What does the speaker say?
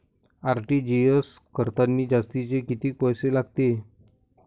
RTGS करतांनी जास्तचे कितीक पैसे लागते?